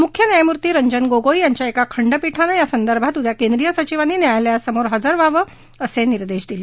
मूख्य न्यायमूर्ती रंजन गोगोई यांच्या एका खंडपीठानं या संदर्भात उद्या केंद्रीय सचिवांनी न्यायालया समोर हजर व्हावं असे निर्देश दिले